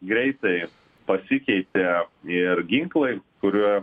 greitai pasikeitė ir ginklai kur yra